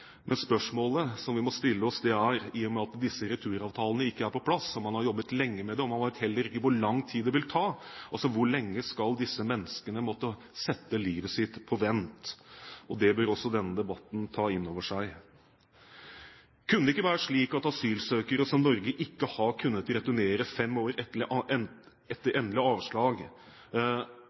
Men spørsmålet som vi må stille oss, er, i og med at disse returavtalene ikke er på plass, og man har jobbet lenge med det, og man heller ikke vet hvor lang tid det vil ta: Hvor lenge skal disse menneskene måtte sette livet sitt på vent? Det bør man ta inn over seg også i denne debatten. Bør det ikke være slik at asylsøkere som Norge ikke har kunnet returnere fem år etter endelig avslag,